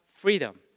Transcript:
Freedom